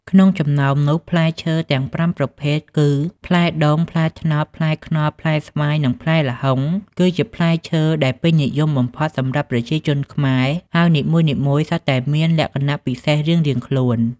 ក្នុងចំណោមនោះ ផ្លែឈើទាំងប្រាំប្រភេទគឺ ផ្លែដូង ផ្លែត្នោត ផ្លែខ្នុរ ផ្លែស្វាយ និងផ្លែល្ហុង គឺជាផ្លែឈើដែលពេញនិយមបំផុតសម្រាប់ប្រជាជនខ្មែរ ហើយនីមួយៗសុទ្ធតែមានលក្ខណៈពិសេសរៀងៗខ្លួន។